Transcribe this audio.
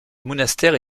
monastère